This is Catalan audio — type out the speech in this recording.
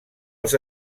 els